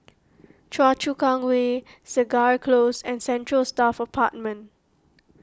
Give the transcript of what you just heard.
Choa Chu Kang Way Segar Close and Central Staff Apartment